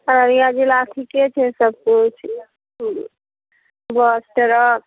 अररिया जिला ठीके छै सबकिछु बस ट्रक